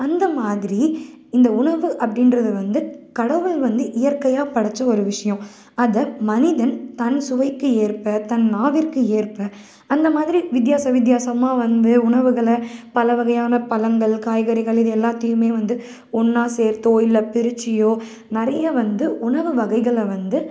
அந்தமாதிரி இந்த உணவு அப்படின்றது வந்து கடவுள் வந்து இயற்கையாக படைச்ச ஒரு விஷயோம் அதை மனிதன் தன் சுவைக்கு ஏற்ப தன் நாவிற்கு ஏற்ப அந்தமாதிரி வித்தியாச வித்தியாசமான வந்து உணவுகளை பலவகையான பழங்கள் காய்கறிகள் இது எல்லாத்தையுமே வந்து ஒன்றா சேர்த்தோ இல்லை பிரிச்சுயோ நிறைய வந்து உணவு வகைகளை வந்து